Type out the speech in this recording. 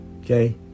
okay